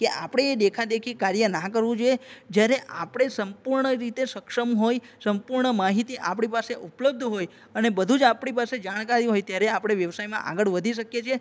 કે આપણે એ દેખાદેખી કાર્ય ના કરવું જોઈએ જ્યારે આપણે સંપૂર્ણ રીતે સક્ષમ હોય સપૂર્ણ માહિતી આપણી પાસે ઉપલબ્ધ હોય અને બધું જ આપણી પાસે જાણકારી હોય ત્યારે આપણે વ્યવસાયમાં આગળ વધી શકીએ છીએ